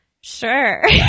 Sure